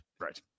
Right